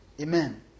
Amen